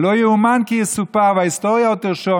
ולא יאומן כי יסופר וההיסטוריה עוד תרשום,